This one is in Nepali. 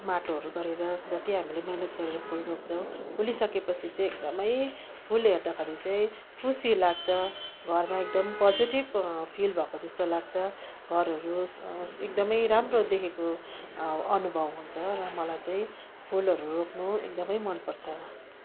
माटोहरू गरेर जति हामीले मिहिनेत गरेर फुल रोप्छौँ फुलिसकेपछि चाहिँ एकदमै फुल हेर्दाखेरि चाहिँ खुसी लाग्छ घरमा एकदम पोजेटिभ फिल भएको जस्तो लाग्छ घरहरू एकदमै राम्रो देखेको अनुभव हुन्छ र मलाई चाहिँ फुलहरू रोप्नु एकदमै मनपर्छ